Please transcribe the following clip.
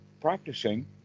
practicing